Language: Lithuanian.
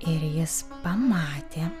ir jis pamatė